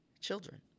children